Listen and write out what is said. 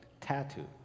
Tattoo